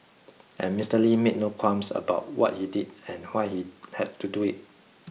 and Mister Lee made no qualms about what he did and why he had to do it